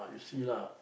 see lah